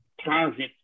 transit